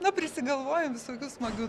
na prisigalvojam visokių smagių